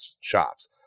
shops